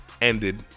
ended